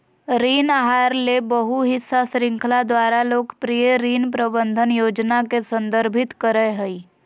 ऋण आहार ले बहु हिस्सा श्रृंखला द्वारा लोकप्रिय ऋण प्रबंधन योजना के संदर्भित करय हइ